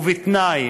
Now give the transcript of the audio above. ובתנאי